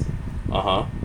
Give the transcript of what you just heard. (uh huh)